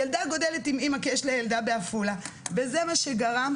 ילדה גודלת עם אמא כי יש לה ילדה בעפולה וזה מה שזה גרם,